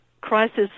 crisis